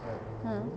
mm